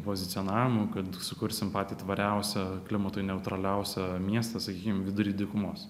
pozicionavimų kad sukursim patį tvariausią klimatui neutraliausią miestą sakykime vidury dykumos